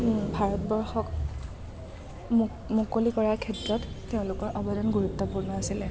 ভাৰতবৰ্ষক মুক মুকলি কৰাৰ ক্ষেত্ৰত তেওঁলোকৰ অৱদান গুৰুত্বপূৰ্ণ আছিলে